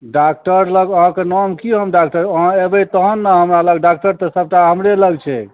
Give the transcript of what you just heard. doctor लग अहाँकऽ नाम की हम डाक्टर अहाँ एबै तहन ने हमरा लग डाक्टर तऽ सबटा हमरे लग छै